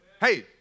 Hey